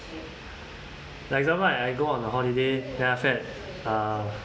like example I I go on a holiday then after that uh